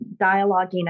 dialoguing